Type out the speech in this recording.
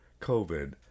COVID